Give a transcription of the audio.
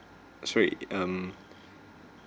sorry um